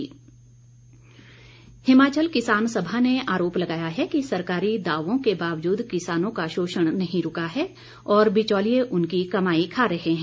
किसान सभा हिमाचल किसान सभा ने आरोप लगाया है कि सरकारी दावों के बावजूद किसानों का शोषण नहीं रूका है और बिचौलिए उनकी कमाई खा रहे हैं